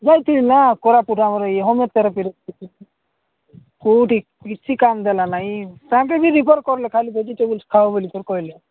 ଯାଇଥିଲି ନା କୋରାପୁଟ ନା ଆମର ଏଇ ହୋମିଓଥେରାପି କୋଉଠି କିଛି କାମ ଦେଲା ନାଇଁ ସେ ବି ରେଫର୍ କଲେ ଖାଲି ଭେଜିଟେବଲସ୍ ଖାଅ ବୋଲି ସେ କହିଲେ